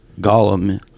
Gollum